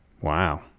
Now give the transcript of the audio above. wow